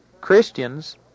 Christians